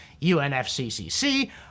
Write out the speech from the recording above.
UNFCCC